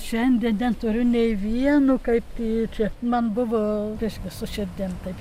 šiandien neturiu nei vieno kaip tyčia man buvo kažkas su širdim taip